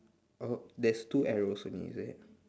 oh there's two arrows only is it